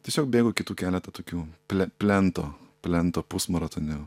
tiesiog bėgau kitų keletą tokių ple plento plento pusmaratonių